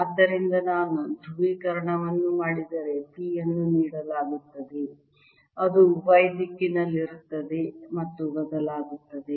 ಆದ್ದರಿಂದ ನಾನು ಧ್ರುವೀಕರಣವನ್ನು ಮಾಡಿದಂತೆ P ಅನ್ನು ನೀಡಲಾಗುತ್ತದೆ ಅದು Y ದಿಕ್ಕಿನಲ್ಲಿರುತ್ತದೆ ಮತ್ತು ಬದಲಾಗುತ್ತದೆ